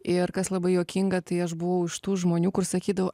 ir kas labai juokinga tai aš buvau iš tų žmonių kur sakydavo